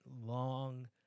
long